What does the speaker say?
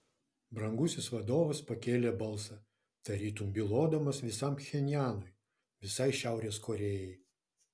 brangusis vadovas pakėlė balsą tarytum bylodamas visam pchenjanui visai šiaurės korėjai